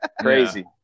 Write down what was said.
Crazy